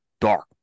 dark